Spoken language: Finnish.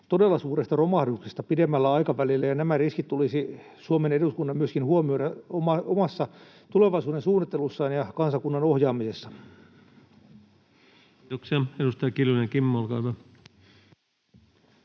todella suuresta romahduksesta pidemmällä aikavälillä, ja nämä riskit tulisi Suomen eduskunnan myöskin huomioida omassa tulevaisuudensuunnittelussaan ja kansakunnan ohjaamisessa. [Speech 185] Speaker: Ensimmäinen